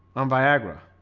on viagra